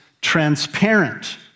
transparent